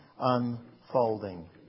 unfolding